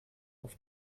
auf